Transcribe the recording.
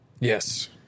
Yes